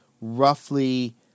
roughly